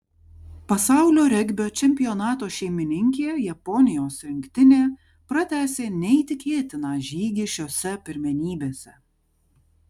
pasaulio regbio čempionato šeimininkė japonijos rinktinė pratęsė neįtikėtiną žygį šiose pirmenybėse